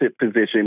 position